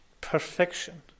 perfection